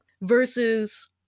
versus